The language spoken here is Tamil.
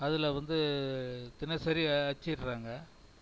அதில் வந்து தினசரி அச்சிடுறாங்க